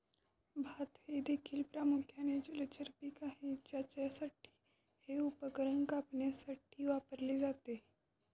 भात हे देखील प्रामुख्याने जलचर पीक आहे ज्यासाठी हे उपकरण कापण्यासाठी वापरले जाते